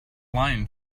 line